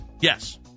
Yes